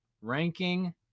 ranking